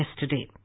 yesterday